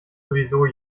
sowieso